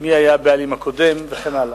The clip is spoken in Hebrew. מי היה הבעלים הקודם וכן הלאה.